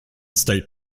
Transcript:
state